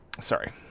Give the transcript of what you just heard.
Sorry